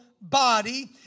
body